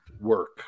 work